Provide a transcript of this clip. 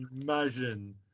imagine